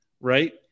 right